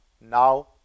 Now